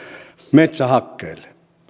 metsähakkeelle